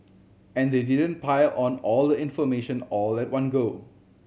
and they didn't pile on all the information all at one go